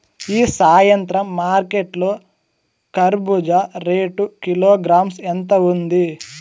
ఈ సాయంత్రం మార్కెట్ లో కర్బూజ రేటు కిలోగ్రామ్స్ ఎంత ఉంది?